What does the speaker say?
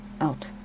out